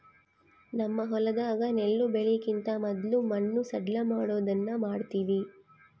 ನಮ್ಮ ಹೊಲದಾಗ ನೆಲ್ಲು ಬೆಳೆಕಿಂತ ಮೊದ್ಲು ಮಣ್ಣು ಸಡ್ಲಮಾಡೊದನ್ನ ಮಾಡ್ತವಿ